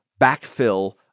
backfill